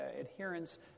adherence